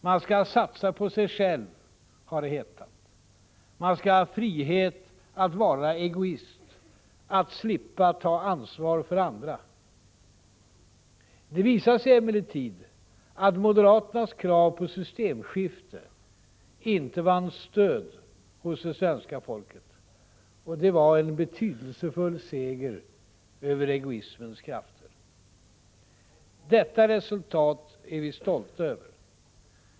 Man skall satsa på sig själv, har det hetat. Man skall ha frihet att vara egoist, att slippa ta ansvar för andra. Det visade sig emellertid att moderaternas krav på systemskifte inte vann stöd hos det svenska folket. Det var en betydelsefull seger över egoismens krafter. Dessa resultat är vi stolta över.